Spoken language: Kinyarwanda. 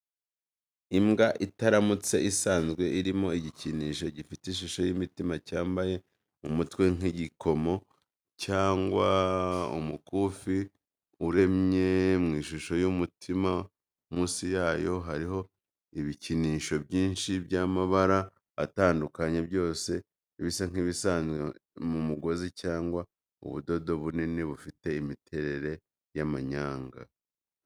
Imbwa itaramutse isanzwe irimo igikinisho gifite ishusho y’imitima cyambaye mu mutwe, nk’igikomo cyangwa umukufi uremye mu ishusho y’umutima munsi yayo hariho ibikinisho byinshi by’amabara atandukanye, byose bisa nk’ibikozwe mu mugozi cyangwa ubudodo bunini bifite imiterere y’amanyanga.